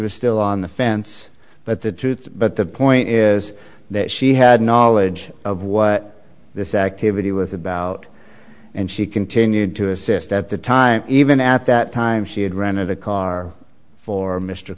was still on the fence but the truth but the point is that she had knowledge of what this activity was about and she continued to assist at the time even at that time she had rented a car for m